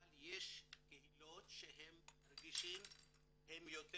אבל יש קהילות שהם מרגישים שהם יותר